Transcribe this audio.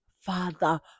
Father